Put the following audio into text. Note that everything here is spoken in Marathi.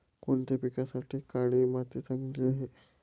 कोणत्या पिकासाठी काळी माती चांगली आहे?